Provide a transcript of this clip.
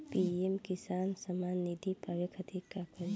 PM Kisan Saman Nidhi पावे खातिर का करी?